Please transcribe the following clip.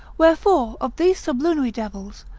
wherefore of these sublunary devils,